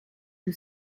più